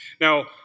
Now